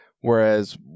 whereas